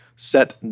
set